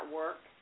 work